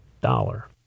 dollar